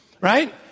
Right